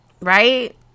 right